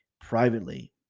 privately